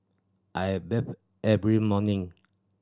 I bathe every morning